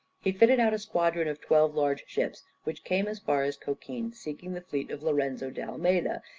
he fitted out a squadron of twelve large ships, which came as far as cochin, seeking the fleet of lorenzo d'almeida,